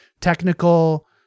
technical